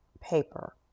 paper